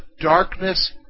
darkness